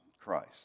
Christ